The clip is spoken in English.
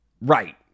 Right